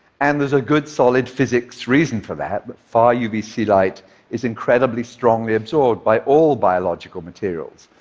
and there's a good, solid physics reason for that but far-uvc light is incredibly, strongly absorbed by all biological materials,